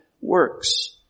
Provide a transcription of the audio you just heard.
works